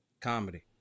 comedy